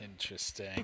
Interesting